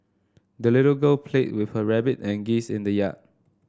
the little girl played with her rabbit and geese in the yard